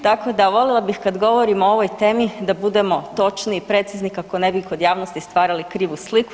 Tako da volila bih kad govorimo o ovoj temi da budemo točni i precizni kako ne bi kod javnosti stvarali krivu sliku.